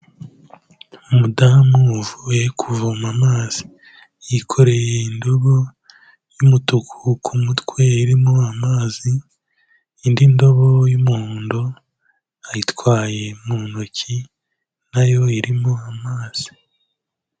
Umudamu uvuye kuvoma amazi. Yikoreye indobo y'umutuku ku mutwe irimo amazi, indi ndobo y'umuhondo ayitwaye mu ntoki na yo irimo amazi.